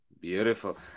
Beautiful